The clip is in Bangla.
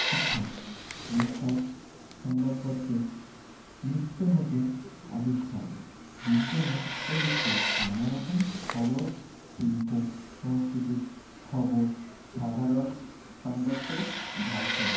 শিক্ষা বিস্তার সংবাদপত্রে নিত্যনতুন আবিষ্কার বিজ্ঞানে প্রযুক্তি নানা রকম খবর শিল্প সাংস্কৃতিক খবর সাধারণ সংবাদে ভাবছেন